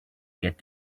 get